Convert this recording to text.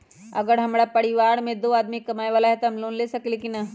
अगर हमरा परिवार में दो आदमी कमाये वाला है त हम लोन ले सकेली की न?